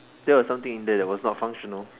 that was something in there that was not functional